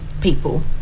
people